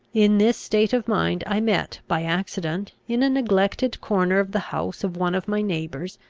in this state of mind, i met by accident, in a neglected corner of the house of one of my neighbours,